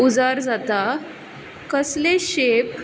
उजार जाता कसले शेप